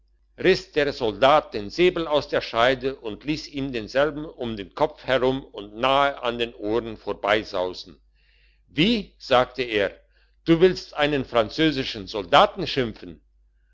riss der soldat den säbel aus der scheide und liess ihm denselben um den kopf herum und nahe an den ohren vorbeisausen wie sagte er du willst einen französischen soldaten schimpfen